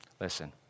Listen